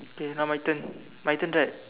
okay now my turn my turn right